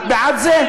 את בעד זה?